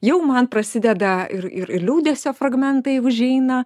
jau man prasideda ir ir ir liūdesio fragmentai užeina